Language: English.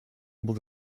able